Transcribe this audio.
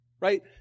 right